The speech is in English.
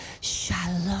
shalom